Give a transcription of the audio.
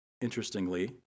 interestingly